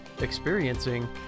experiencing